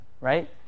right